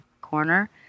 corner